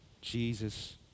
Jesus